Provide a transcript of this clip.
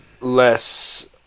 less